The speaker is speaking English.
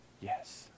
Yes